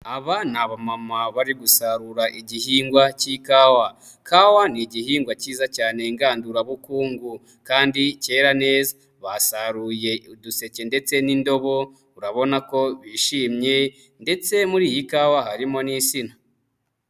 Aba ni mama bari gusarura igihingwa cy'ikawa. Kawa ni igihingwa cyiza cyane ingandurabukungu kandi kera neza. Basaruye uduseke ndetse n'indobo urabona ko bishimye ndetse muri iyi kawa harimo n'insina.